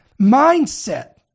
mindset